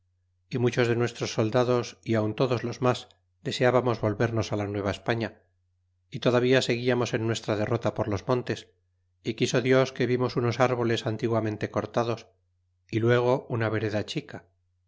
y muchos de nuestros soldados y aun todos los mas deseábamos volvernos á la nueva españa y todavía seguiamos nuestra derrota por los montes y quiso dios que vimos unos árboles antiguamente cortados y luego una vereda chica